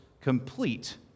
complete